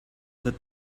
that